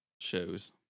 shows